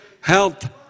Health